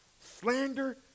slander